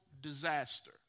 disaster